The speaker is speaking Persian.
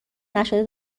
نشده